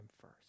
first